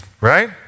right